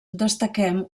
destaquem